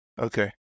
Okay